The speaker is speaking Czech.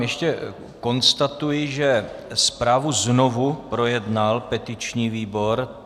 Ještě konstatuji, že zprávu znovu projednal petiční výbor.